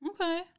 Okay